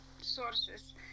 sources